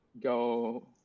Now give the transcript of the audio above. go